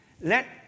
let